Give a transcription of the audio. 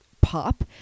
pop